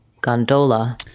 gondola